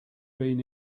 been